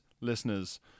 listeners